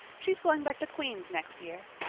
she is going back to queen's next year.